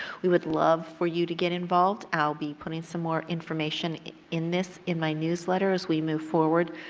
we would love for you to get involved. i'll be putting so more information in this, in my newsletter as we move forward.